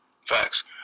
facts